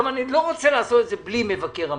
אני לא רוצה לעשות את זה בלי מבקר המדינה.